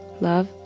love